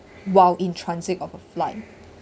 while in transit of a flight